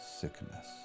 sickness